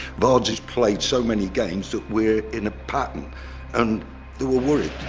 vards has played so many games that we're in a pattern and they were worried.